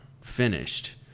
finished